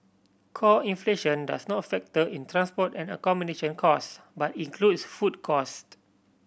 core inflation does not factor in transport and accommodation costs but includes food cost